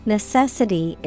Necessity